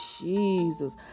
Jesus